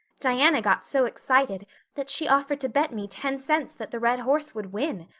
diana got so excited that she offered to bet me ten cents that the red horse would win.